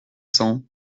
cents